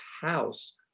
house